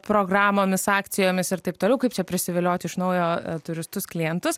programomis akcijomis ir taip toliau kaip čia prisivilioti iš naujo turistus klientus